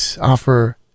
offer